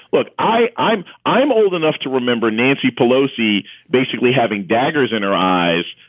look, i i'm i'm old enough to remember nancy pelosi basically having daggers in her eyes.